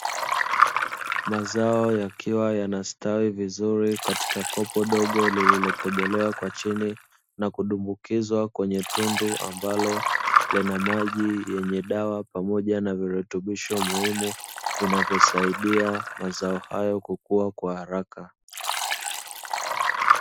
Mazao yakiwa yanastawi vizuri katika kopo dogo lililotobolewa kwa chini, na kudumbukizwa kwenye tundu ambalo lina maji yenye dawa pamoja na virutubisho muhimu, vinavyosaidia mazao hayo kukua kwa haraka.